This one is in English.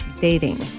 dating